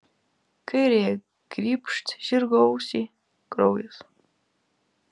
kairiąja grybšt žirgo ausį kraujas